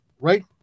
right